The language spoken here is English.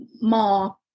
more